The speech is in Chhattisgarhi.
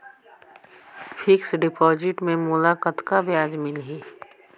फिक्स्ड डिपॉजिट मे मोला कतका ब्याज मिलही?